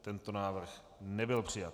Tento návrh nebyl přijat.